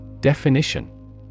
Definition